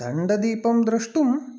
दण्डदीपम् द्रष्टुं